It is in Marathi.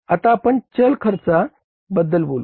आता आपण चल खर्चा बद्दल बोलू